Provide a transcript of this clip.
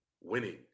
Winning